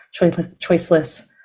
choiceless